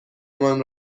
مان